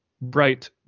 Bright